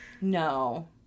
No